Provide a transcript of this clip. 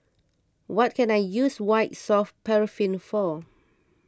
what can I use White Soft Paraffin for